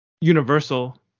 universal